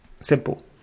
simple